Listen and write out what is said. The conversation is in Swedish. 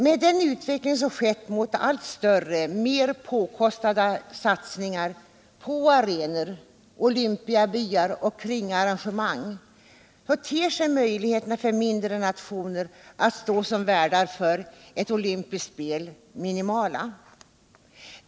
Med den utveckling som skett mot allt större, mer påkostade satsningar på arenor, olympiabyar och kringarrangemang ter sig möjligheterna för mindre nationer att stå som värdar för olympiska spel minimala.